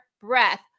breath